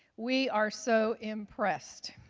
we are so impressed.